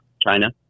China